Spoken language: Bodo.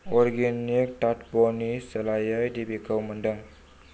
अर्गेनिक तात्वनि सोलायै दिपिखौ मोन्दों